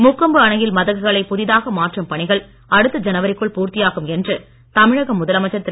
முக்கொம்பு அணையில் மதகுகளை புதிதாக மாற்றும் பணிகள் அடுத்த ஜனவரிக்குள் பூர்த்தியாகும் என்று தமிழக முதலமைச்சர் திரு